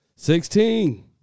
Sixteen